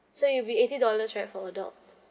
so it'll be eighty dollars right for adult